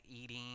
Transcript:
eating